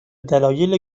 دلایل